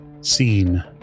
scene